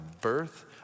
birth